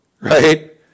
right